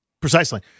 Precisely